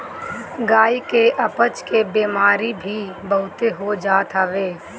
गाई के अपच के बेमारी भी बहुते हो जात हवे